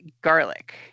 garlic